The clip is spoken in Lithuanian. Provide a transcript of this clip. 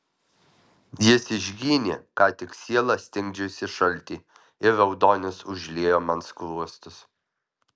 jis išginė ką tik sielą stingdžiusį šaltį ir raudonis užliejo man skruostus